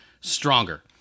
stronger